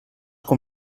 com